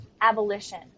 abolition